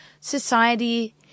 society